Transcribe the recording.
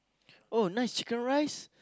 oh nice chicken-rice